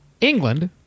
England